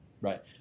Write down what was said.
Right